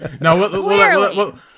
No